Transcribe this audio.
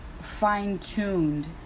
fine-tuned